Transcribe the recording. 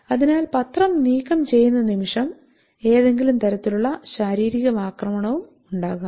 അതിനാൽ പത്രം നീക്കം ചെയ്യുന്ന നിമിഷം ഏതെങ്കിലും തരത്തിലുള്ള ശാരീരിക ആക്രമണവും ഉണ്ടാകാം